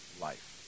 life